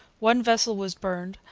one vessel was burned,